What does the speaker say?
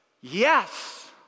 Yes